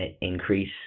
increase